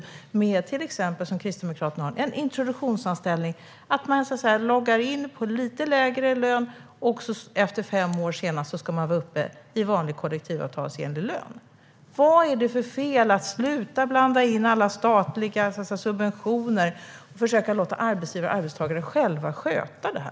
Exempelvis föreslår vi i Kristdemokraterna introduktionsanställning, där man går in på lite lägre lön men senast efter fem år ska vara uppe i vanlig kollektivavtalsenlig lön. Vad är det för fel i att inte blanda in statliga subventioner och i stället låta arbetsgivare och arbetstagare själva sköta detta?